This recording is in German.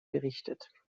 berichtet